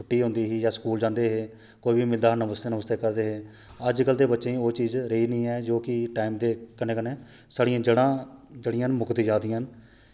छुट्टी होंदी ही जां स्कूल जंदे हे कोई बी मिलदा हा नमस्ते नुमस्ते करदे हे अजकल दे बच्चें ई ओह् चीज रेही नेईं ऐ जो कि टैम दे कन्नै कन्नै साढ़ियां जड़ांऽ जेह्ड़ियां मुकदियां जा'रदियां न